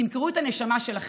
תמכרו את הנשמה שלכם,